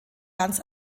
ganz